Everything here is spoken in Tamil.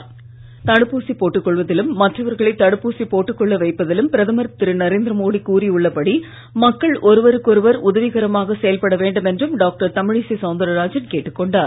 தமிழிசை தடுப்பூசி போட்டுக் கொள்வதிலும் மற்றவர்களை தடுப்பூசி போட்டுக் கொள்ள வைப்பதிலும் பிரதமர் திரு நரேந்திரமோடி கூறி உள்ளபடி மக்கள் ஒருவருக்கொருவர் உதவி கரமாக செயல்பட வேண்டும் என்றும் டாக்டர் தமிழிசை சவுந்தரராஜன் கேட்டுக் கொண்டார்